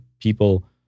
People